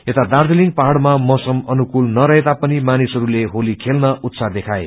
यता दार्णीलिङ पहाइमा मौसम अनुकूल नरहेता पनिमानिसहरूले होली खेल्न उत्साह देखाए